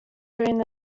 during